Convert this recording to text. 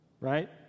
Right